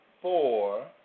four